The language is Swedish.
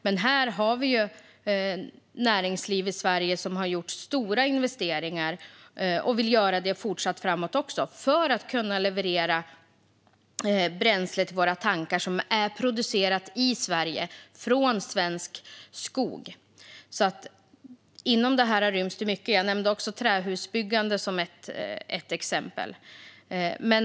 Men vi har i Sverige ett näringsliv som har gjort stora investeringar och vill göra det även framöver för att kunna leverera bränsle till våra tankar som är producerat i Sverige från svensk skog. Det är mycket som ryms inom det här. Jag nämnde även trähusbyggande som ett exempel.